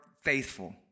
faithful